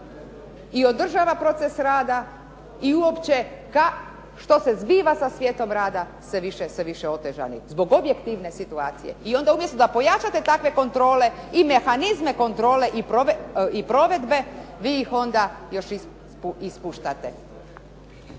i održava proces rada i uopće što se zbiva sa svijetom rada, sve više otežani, zbog objektivne situacije. I onda umjesto da povećate takve kontrole i mehanizme kontrole i provedbe vi ih onda još ispuštate.